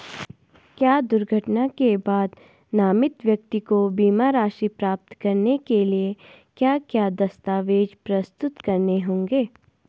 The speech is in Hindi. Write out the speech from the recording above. क्या दुर्घटना के बाद नामित व्यक्ति को बीमा राशि प्राप्त करने के लिए क्या क्या दस्तावेज़ प्रस्तुत करने होंगे?